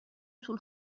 طول